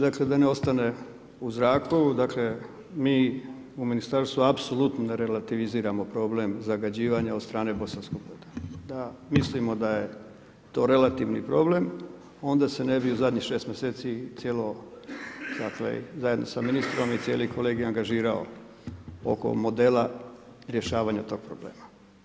Dakle da ne ostane u zraku, dakle mi u ministarstvu apsolutno ne relativiziramo problem zagađivanja od strane Bosanskog Broda, da mislimo da je to relativni problem onda se ne bi u zadnjih šest mjeseci zajedno sa ministrom i cijeli kolegij angažirao oko modela rješavanja toga problema.